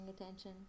attention